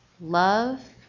love